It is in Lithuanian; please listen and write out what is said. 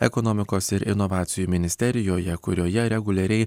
ekonomikos ir inovacijų ministerijoje kurioje reguliariai